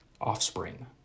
offspring